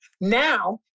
Now